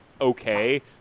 okay